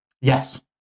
Yes